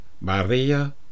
Maria